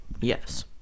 yes